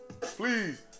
Please